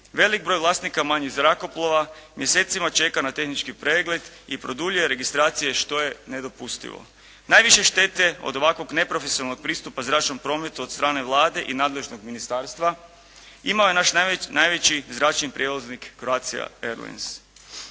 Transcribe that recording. veliki broj vlasnika manjih zrakoplova mjesecima čeka na tehnički pregled i produljuje registracije što je nedopustivo. Najviše štete od ovakvog neprofesionalnog pristupa zračnom prometu od strane Vlade i nadležnog ministarstva imao je naš najveći zračni prijevoznik Croatia Airlines.